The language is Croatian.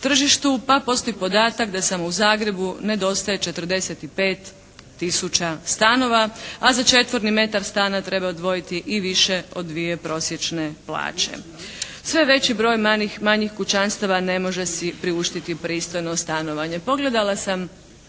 Pa postoji podatak da samo u Zagrebu nedostaje 45 tisuća stanova, a za četvorni metar stana treba odvojiti i više od 2 prosječne plaće. Sve veći broj manjih kućanstava ne može si priuštiti pristojno stanovanje. Pogledala sam